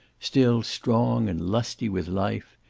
still strong and lusty with life,